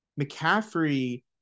McCaffrey